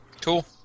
Cool